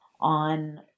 on